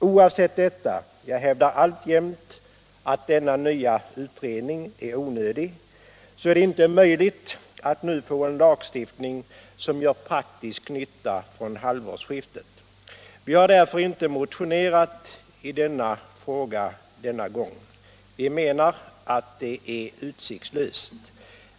Oavsett detta — jag hävdar alltjämt att denna nya utredning är onödig — är det inte möjligt att nu få en lagstiftning som gör praktisk nytta från halvårsskiftet. Vi har därför inte motionerat i denna fråga denna gång. Vi menar att det är utsiktslöst.